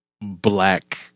black